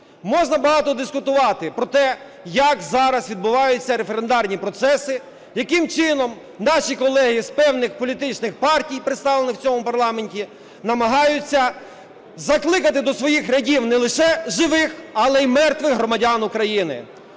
Можна багато дискутувати про те, як зараз відбуваються референдарні процеси, яким чином наші колеги з певних політичних партій, представлених в цьому парламенті, намагаються закликати до своїх рядів не лише живих, але і мертвих громадян України.